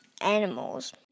animals